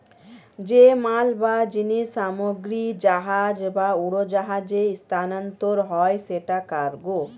যে মাল বা জিনিস সামগ্রী জাহাজ বা উড়োজাহাজে স্থানান্তর হয় সেটা কার্গো